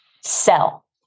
sell